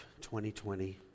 2020